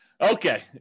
Okay